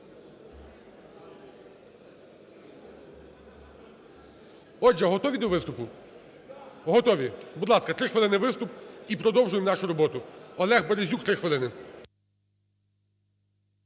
Отже, готові до виступу? Готові. Будь ласка, три хвилини виступ і продовжуємо нашу роботу. Олег Березюк, три хвилини.